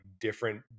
different